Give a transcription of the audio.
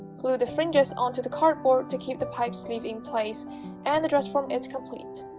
glue the fringes onto the cardboard to keep the pipe sleeve in place and the dress form is complete